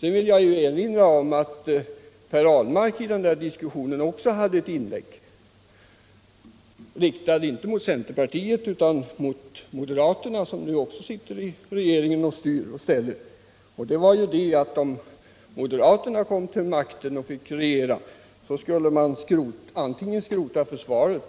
Sedan vill jag erinra om att Per Ahlmark i den här diskussionen också gjorde ett inlägg, riktat inte mot centerpartiet utan mot moderaterna, som ju även sitter i regeringen och styr och ställer. Per Ahlmarks inlägg gick ut på att om moderaterna kom till makten och fick sänka skatterna så skulle man antingen skrota försvaret